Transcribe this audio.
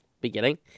beginning